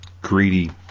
greedy